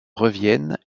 reviennent